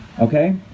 okay